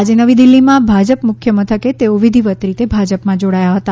આજે નવી દિલ્હીમાં ભાજપ મુખ્યમથકે તેઓ વિધિવત રીતે ભાજપમાં જોડાયા હતા